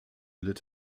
litt